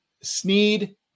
Sneed